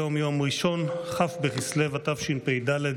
היום יום ראשון כ' בכסלו התשפ"ד,